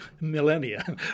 millennia